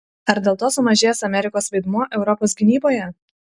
ar dėl to sumažės amerikos vaidmuo europos gynyboje